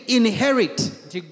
inherit